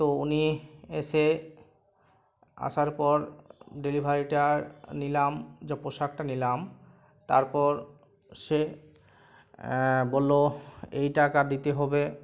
তো উনি এসে আসার পর ডেলিভারিটা নিলাম যে পোশাকটা নিলাম তারপর সে বললো এই টাকা দিতে হবে